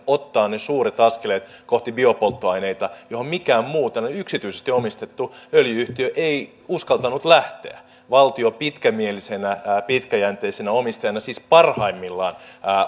ottaa ne suuret askeleet kohti biopolttoaineita mihin mikään muu yksityisesti omistettu öljy yhtiö ei uskaltanut lähteä valtio pitkämielisenä pitkäjänteisenä omistajana siis parhaimmillaan